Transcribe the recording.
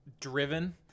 driven